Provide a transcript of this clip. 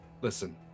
Listen